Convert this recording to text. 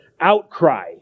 outcry